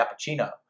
cappuccino